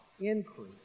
Increase